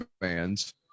fans